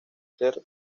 ser